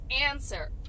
answer